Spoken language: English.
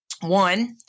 One